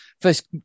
first